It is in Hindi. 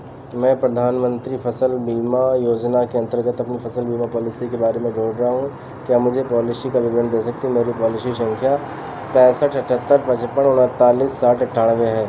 मैं प्रधानमंत्री फ़सल बीमा योजना के अंतर्गत अपनी फ़सल बीमा पॉलिसी के बारे में ढूँढ रहा हूँ क्या मुझे पॉलिसी का विवरण दे सकते हैं मेरी पॉलिसी संख्या पैंसठ अठहत्तर पचपन उनतालीस साठ अट्ठानवे है